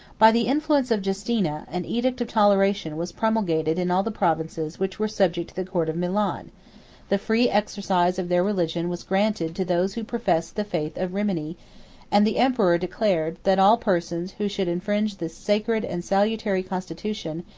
by the influence of justina, an edict of toleration was promulgated in all the provinces which were subject to the court of milan the free exercise of their religion was granted to those who professed the faith of rimini and the emperor declared, that all persons who should infringe this sacred and salutary constitution,